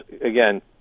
again